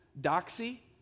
doxy